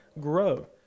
grow